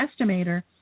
estimator